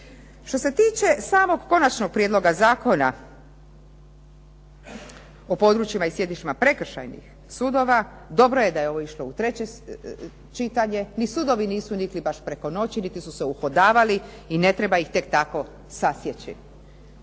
Što se tiče samog konačnog prijedloga Zakona o područjima i sjedištima prekršajnih sudova, dobro je da je ovo išlo u treće čitanje. Ni sudovi nisu nikli baš preko noći niti su se uhodavali i ne treba ih tek tako sasjeći.